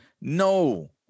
No